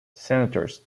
senators